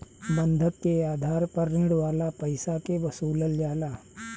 बंधक के आधार पर ऋण वाला पईसा के वसूलल जाला